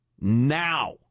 now